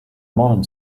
modern